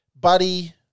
Buddy